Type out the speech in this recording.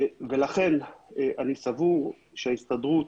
לכן אני סבור שההסתדרות